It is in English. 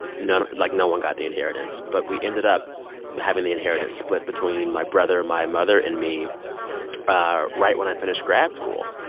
none like, no one got the inheritance. but we ended up having the inheritance split between my brother, my mother and me ah right when i finished grad school.